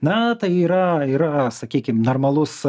na tai yra yra sakykim normalus